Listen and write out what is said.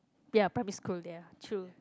ya primary school ya true